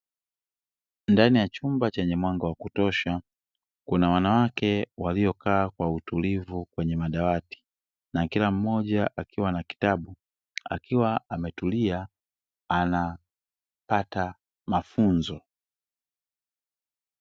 Ndani ya chumba, chenye mwanga wa kutosha. Kuna wanawake waliokaa kwa utulivu kwenye madawati, na kila mmoja akiwa na kitabu, akiwa ametulia anapata mafunzo.